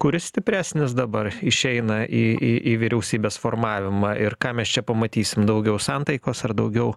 kuris stipresnis dabar išeina į į į vyriausybės formavimą ir ką mes čia pamatysim daugiau santaikos ar daugiau